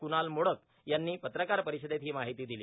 कुणाल मोडक यांनी पत्रकार परिषदेत ही माहिती दिली